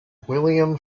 william